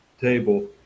table